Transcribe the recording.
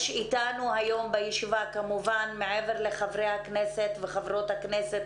איתנו בישיבה, בנוסף לחברי וחברות הכנסת